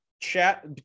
Chat